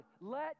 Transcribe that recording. let